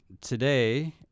Today